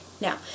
now